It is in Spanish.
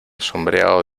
sombreado